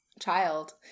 child